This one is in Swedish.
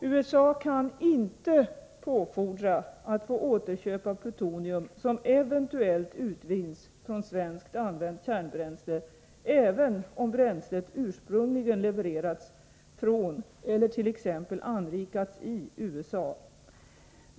USA kan inte påfordra att få återköpa plutonium som eventuellt utvinns från svenskt använt kärnbränsle, även om bränslet ursprungligen levererats från ellert.ex. anrikats i USA.